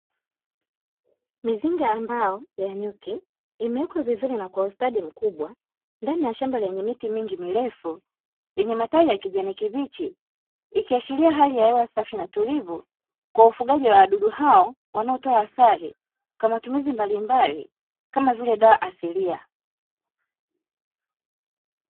Mizinga ya mbao ya nyuki, imewekwa vizuri na kwa ustadi mkubwa ndani ya shamba lenye miti mingi mirefu yenye matawi ya kijani kibichi, ikiashiria hali ya hewa safi na tuivu kwa ufugaji wa wadudu hao wanaotoa asali kwa matumizi mbalimbali kama vile dawa asilia.